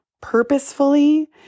purposefully